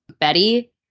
Betty